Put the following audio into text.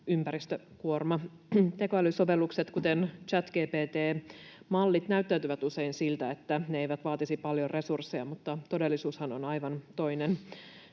ympäristökuorma. Tekoälysovellukset, kuten ChatGPT-mallit, näyttäytyvät usein siten, että ne eivät vaatisi paljon resursseja, mutta todellisuushan on aivan toinen.